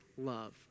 love